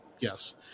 Yes